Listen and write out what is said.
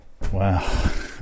Wow